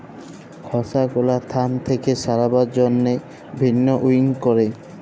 খসা গুলা ধান থেক্যে ছাড়াবার জন্হে ভিন্নউইং ক্যরে